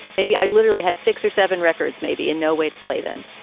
maybe i literally had six or seven records, maybe in no way to play them.